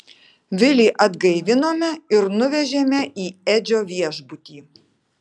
vilį atgaivinome ir nuvežėme į edžio viešbutį